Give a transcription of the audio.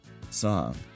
song